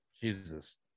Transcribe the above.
Jesus